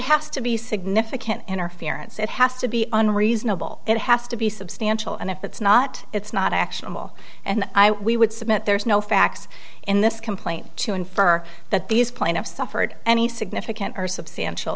has to be significant interference it has to be unreasonable it has to be substantial and if it's not it's not actionable and i we would submit there's no facts in this complaint to infer that these plaintiffs suffered any significant or substantial